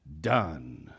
done